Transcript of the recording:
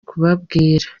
kubabwira